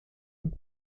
und